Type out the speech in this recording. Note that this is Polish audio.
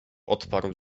odparł